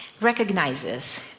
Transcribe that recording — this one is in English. recognizes